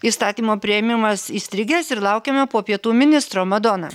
įstatymo priėmimas įstrigęs ir laukiame po pietų ministro madona